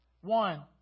One